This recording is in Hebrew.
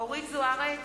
אורית זוארץ,